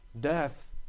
Death